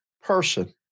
person